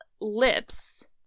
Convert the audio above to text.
lips